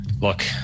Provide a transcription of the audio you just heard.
Look